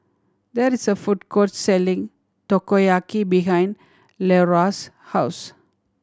there is a food court selling Takoyaki behind Leora's house